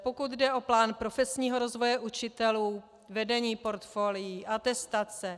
Pokud jde o plán profesního rozvoje učitelů, vedení portfolií, atestace...